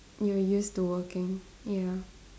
you were used to working ya